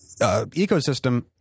ecosystem